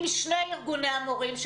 עם שני ארגונים המורים,